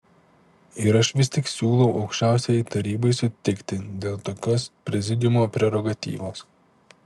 ir aš vis tik siūlau aukščiausiajai tarybai sutikti dėl tokios prezidiumo prerogatyvos